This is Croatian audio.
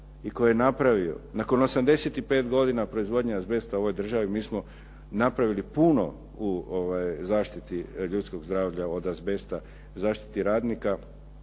i koji je napravio nakon 85 godina proizvodnje azbesta u ovoj državi, mi smo napravili puno u zaštiti ljudskog zdravlja od azbesta, zaštiti radnika,